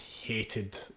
hated